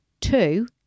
two